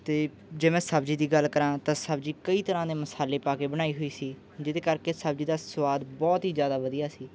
ਅਤੇ ਜੇ ਮੈਂ ਸਬਜ਼ੀ ਦੀ ਗੱਲ ਕਰਾਂ ਤਾਂ ਸਬਜ਼ੀ ਕਈ ਤਰ੍ਹਾਂ ਦੇ ਮਸਾਲੇ ਪਾ ਕੇ ਬਣਾਈ ਹੋਈ ਸੀ ਜਿਹਦੇ ਕਰਕੇ ਸਬਜ਼ੀ ਦਾ ਸੁਆਦ ਬਹੁਤ ਹੀ ਜ਼ਿਆਦਾ ਵਧੀਆ ਸੀ